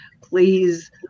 please